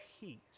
heat